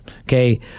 Okay